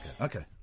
okay